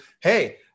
hey